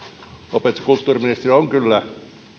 opetus ja kulttuuriministeri on kyllä